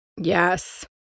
Yes